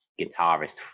guitarist